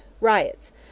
Riots